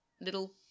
little